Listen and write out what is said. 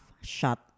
shot